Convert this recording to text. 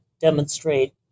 demonstrate